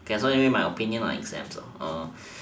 k so anyway my opinion on exams ah